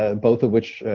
ah both of which,